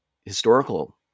historical